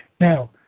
Now